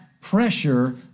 pressure